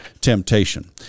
temptation